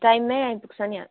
टाइममै आइपुग्छौँ नि हामी